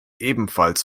ebenfalls